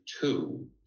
two